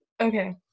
Okay